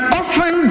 often